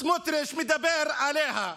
סמוטריץ', מדבר עליה.